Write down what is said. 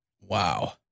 Wow